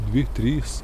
dvi trys